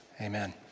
Amen